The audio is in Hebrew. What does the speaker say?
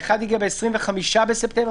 אחד הגיע ב-25 בספטמבר,